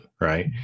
right